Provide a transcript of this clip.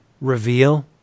reveal